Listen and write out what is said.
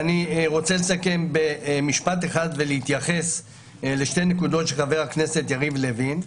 אני רוצה לסכם במשפט אחד ולהתייחס לשתי נקודות של חבר הכנסת יריב לוין.